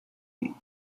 摧毁